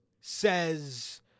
says